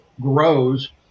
grows